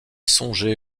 songez